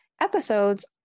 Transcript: episodes